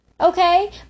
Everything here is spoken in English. Okay